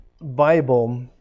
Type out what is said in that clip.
Bible